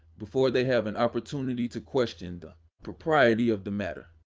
before they have an opportunity to question the propriety of the matter.